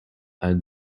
and